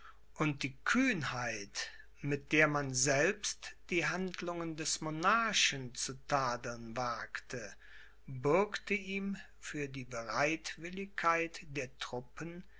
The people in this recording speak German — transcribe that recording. und die kühnheit mit der man selbst die handlungen des monarchen zu tadeln wagte bürgte ihm für die bereitwilligkeit der truppen